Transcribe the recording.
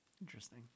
Interesting